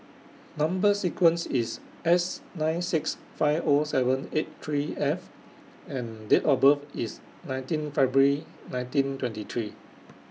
Number sequence IS S nine six five O seven eight three F and Date of birth IS nineteen February nineteen twenty three